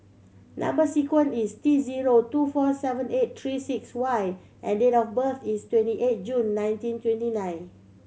number sequence is T zero two four seven eight three six Y and date of birth is twenty eight June nineteen twenty nine